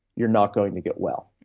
you're not going to get well.